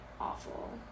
awful